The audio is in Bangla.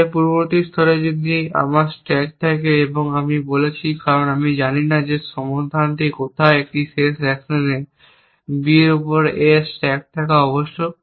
তাই পূর্ববর্তী স্তরে যদি আমার স্ট্যাক থাকে এবং আমি বলছি কারণ আমি জানি যে সমাধানটি কোথায় একটি শেষ অ্যাকশন B এর উপর A স্ট্যাক করা আবশ্যক